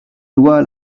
loi